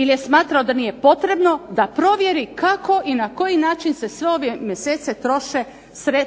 ili je smatrao da nije potrebno da provjeri kako i na koji način se sve ove mjesece troše